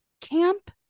camp